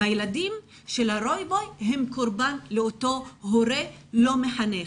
והילדים של הרוי בוי הם קורבן לאותו הורה לא מחנך,